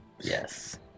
yes